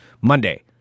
Monday